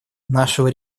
нашего